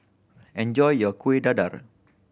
enjoy your Kueh Dadar